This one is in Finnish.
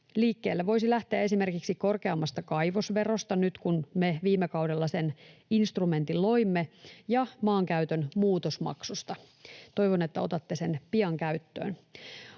Liikkeelle voisi lähteä esimerkiksi korkeammasta kaivosverosta, nyt kun me viime kaudella sen instrumentin loimme, ja maankäytön muutosmaksusta. Toivon, että otatte sen pian käyttöön.